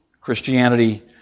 Christianity